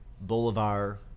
Boulevard